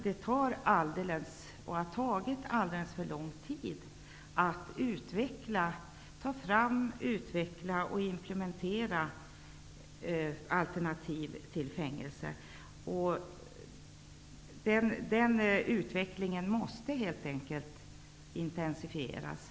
Det har tagit alldeles för lång tid att ta fram, utveckla och implementera alternativ till fängelsestraff. Den utvecklingen måste helt enkelt intensifieras.